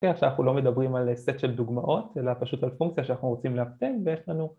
כן, כשאנחנו לא מדברים על סט של דוגמאות, אלא פשוט על פונקציה שאנחנו רוצים להבטן